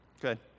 Good